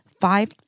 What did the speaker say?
five